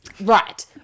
right